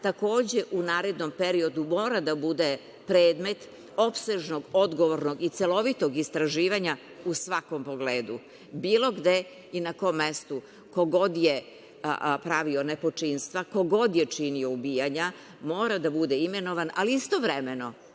takođe u narednom periodu mora da bude predmet opsežnog, odgovornog i celovitog istraživanja u svakom pogledu. Bilo gde i na kom mestu, ko god je pravio nepočinstva, ko god je činio ubijanja mora da bude imenovan, ali istovremeno